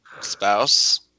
spouse